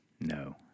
No